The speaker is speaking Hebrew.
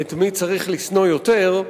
את מי צריך לשנוא יותר.